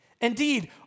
Indeed